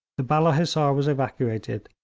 the balla hissar was evacuated,